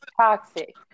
toxic